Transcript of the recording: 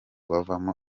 bavoma